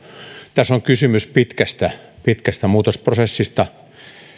tässä on kysymys pitkästä pitkästä muutosprosessista